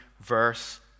verse